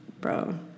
Bro